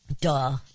Duh